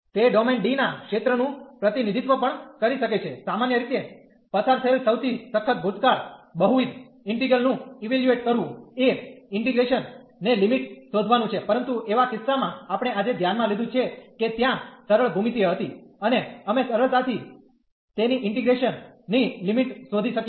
તે domain D ના ક્ષેત્રનું પ્રતિનિધિત્વ પણ કરી શકે છે સામાન્ય રીતે પસાર થયેલ સૌથી સખત ભૂતકાળ બહુવિધ ઇન્ટિગ્રલ નું ઇવેલ્યુએટ કરવું એ ઇન્ટીગ્રેશન ની લિમિટ શોધવાનું છે પરંતુ એવા કિસ્સામાં આપણે આજે ધ્યાનમાં લીધું છે કે ત્યાં સરળ ભૂમિતિ હતી અને અમે સરળતાથી તેની ઇન્ટીગ્રેશન ની લિમિટ શોધી શકીએ